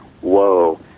whoa